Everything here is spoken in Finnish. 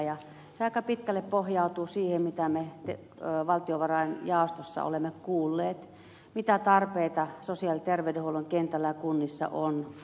se aika pitkälle pohjautuu siihen mitä me valtiovarain jaostossa olemme kuulleet mitä tarpeita sosiaali ja terveydenhuollon kentällä ja kunnissa on